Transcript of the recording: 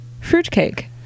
fruitcake